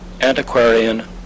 antiquarian